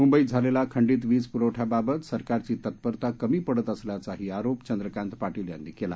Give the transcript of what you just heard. मुंबईत झालेला खंडित वीज पुरवठा बाबत सरकारची तत्परता कमी पडत असल्याचाही आरोप चंद्रकांत पाटील यांनी केला